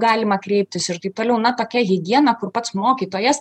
galima kreiptis ir taip toliau na tokia higiena kur pats mokytojas